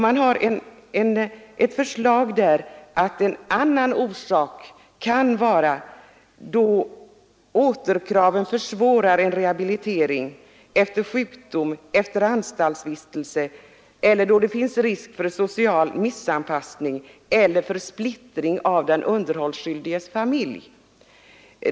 Man har i kommittén ett förslag att särskilt skäl skall kunna anses föreligga då återkraven försvårar en rehabilitering efter sjukdom eller anstaltsvistelse eller då det finns risk för social missanpassning eller för splittring av den underhållsskyldiges familj.